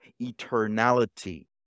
eternality